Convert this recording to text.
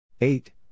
eight